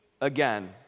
again